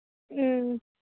ꯎꯝ